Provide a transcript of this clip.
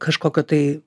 kažkokio tai